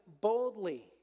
boldly